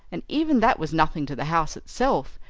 and even that was nothing to the house itself.